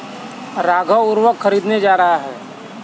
राघव उर्वरक खरीदने जा रहा है